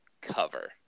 cover